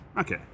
Okay